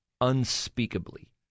unspeakably